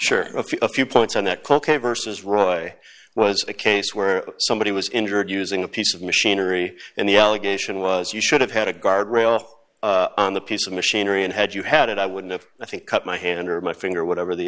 sure of a few points on that clock a versus roy was a case where somebody was injured using a piece of machinery and the allegation was you should have had a guard rail on the piece of machinery and had you had it i wouldn't have i think cut my hand or my finger or whatever the